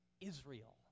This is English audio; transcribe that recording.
Israel